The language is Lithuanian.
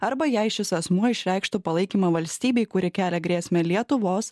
arba jei šis asmuo išreikštų palaikymą valstybei kuri kelia grėsmę lietuvos